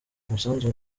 umusanzu